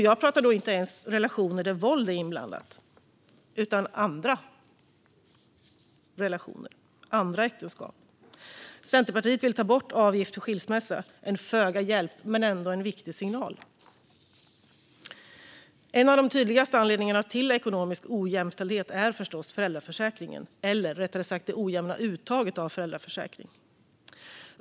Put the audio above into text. Jag pratar då inte ens om relationer där våld är inblandat utan om andra relationer, andra äktenskap. Centerpartiet vill ta bort avgiften för skilsmässa. Det är till föga hjälp, men det är ändå en viktig signal. En av de tydligaste anledningarna till ekonomisk ojämställdhet är förstås föräldraförsäkringen, eller rättare sagt det ojämna uttaget i föräldraförsäkringen.